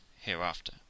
hereafter